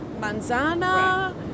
manzana